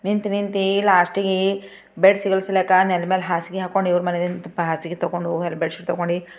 ನಿಂತು ನಿಂತೇ ಲಾಸ್ಟಿಗೆ ಬೆಡ್ ಸಿಗಲ್ಸಿಕ ನೆಲದ ಮೇಲೆ ಹಾಸಿಗೆ ಹಾಕೊಂಡು ಇವರ ಮನೇದು ಹಾಸಿಗೆ ತೊಗೊಂಡು ಹೋಗ್ಯಾರ ಬೆಡ್ ಶೀಟ್ ತಗೊಂಡು